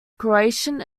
croatian